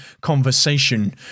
conversation